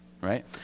right